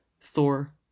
Thor